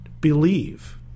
believe